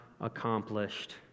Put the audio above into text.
accomplished